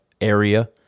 area